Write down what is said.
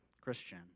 Christian